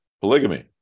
polygamy